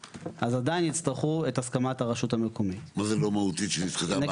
כן, אז אנחנו רוצים לדעת אם הוא יקבל